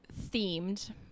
themed